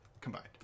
combined